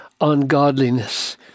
ungodliness